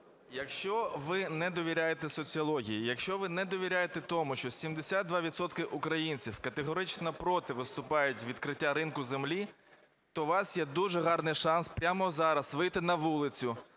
якщо ви не довіряєте соціології, якщо ви не довіряєте тому, що 72 відсотки українців категорично проти виступають відкриття ринку землі, то у вас є дуже гарний шанс прямо зараз вийти на вулицю,